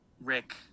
Rick